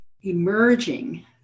emerging